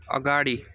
अगाडि